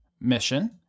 mission